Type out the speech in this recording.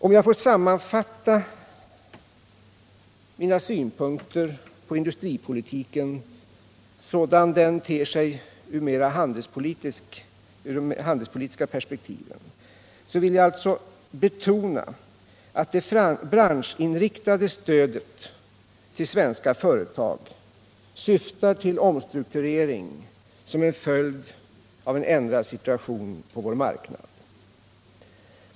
Om jag får sammanfatta mina synpunkter på industripolitiken sådan den ter sig ur de handelspolitiska perspektiven, vill jag betona att det branschinriktade stödet till svenska företag syftar till omstrukturering som en följd av den ändrade situationen på vår marknad.